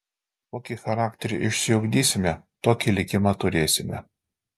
kokį charakterį išsiugdysime tokį likimą turėsime